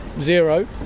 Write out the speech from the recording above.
zero